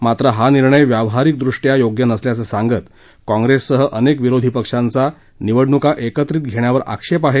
मात्र हा निर्णय व्यावहारिक दृष्ट्या योग्य नसल्याचं सांगत काँप्रेससह अनेक विरोधी पक्षांचा निवडणुका एकत्रित घेण्यावर आक्षेप आहे